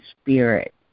spirit